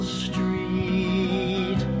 street